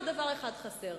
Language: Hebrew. רק דבר אחד חסר,